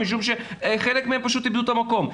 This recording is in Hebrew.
כי חלקם פשוט איבדו את המקום.